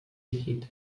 hid